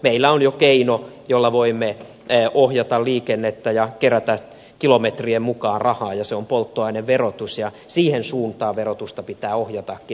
meillä on jo keino jolla voimme ohjata liikennettä ja kerätä kilometrien mukaan rahaa ja se on polttoaineverotus ja siihen suuntaan verotusta pitää ohjatakin